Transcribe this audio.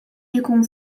ikun